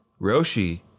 Roshi